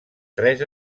tres